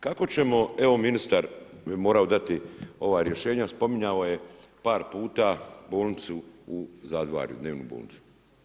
Kako ćemo evo ministar je morao dati ova rješenja spominjao je par puta bolnicu u Zadvarju, dnevnu bolnicu.